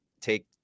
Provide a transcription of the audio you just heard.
take